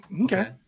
okay